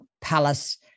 palace